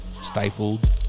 stifled